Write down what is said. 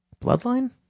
bloodline